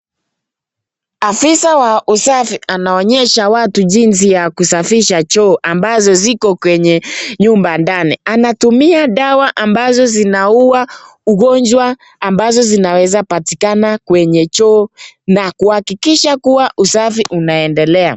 Afisa wa usafi anaonyesha watu jinsi ya kusafisha choo ambazo ziko kwenye nyumba ndani, anatumia dawa ambazo zinaua ungonjwa ambazo zinaweza patikana kwenye choo na kuhakikisha kua usafi unaendelea.